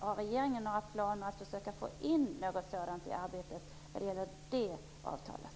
Har regeringen några planer att få in något sådant i arbetet med det avtalet?